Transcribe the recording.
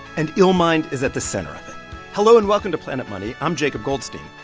and illmind is at the center of it hello, and welcome to planet money. i'm jacob goldstein.